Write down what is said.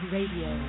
Radio